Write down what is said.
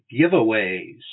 giveaways